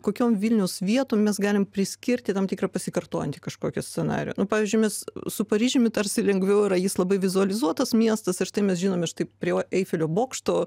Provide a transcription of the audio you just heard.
kokiom vilniaus vietom mes galim priskirti tam tikrą pasikartojantį kažkokį scenarijų pavyzdžiui mes su paryžiumi tarsi lengviau yra jis labai vizualizuotas miestas ir tai mes žinom iš tai prie va eifelio bokšto